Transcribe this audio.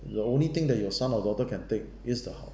the only thing that your son or daughter can take is the house